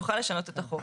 היא תוכל לשנות את החוק,